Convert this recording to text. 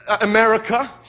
America